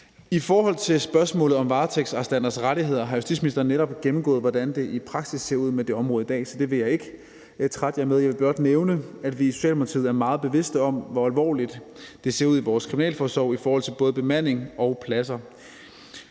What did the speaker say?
I forhold til spørgsmålet om varetægtsarrestanters rettigheder har justitsministeren netop gennemgået, hvordan det i praksis ser ud med det område i dag, så det vil jeg ikke trætte jer med. Jeg vil blot nævne, at vi i Socialdemokratiet er meget bevidste om, hvor alvorligt det ser ud i vores kriminalforsorg i forhold til både bemanding og pladser,